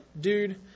dude